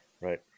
Right